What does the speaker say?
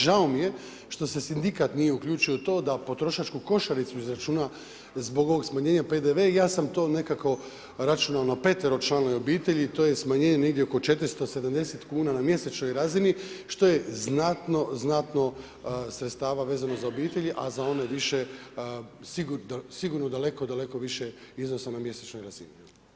Žao mi je što se sindikat nije uključio u to da potrošačku košaricu izračuna zbog ovog smanjenja PDV i ja sam to nekako računao na peteročlanoj obitelji to je smanjenje negdje oko 470 kuna na mjesečnoj razini što je znatno, znatno sredstava vezano za obitelji a za one više sigurno daleko, daleko više iznosa na mjesečnoj razini.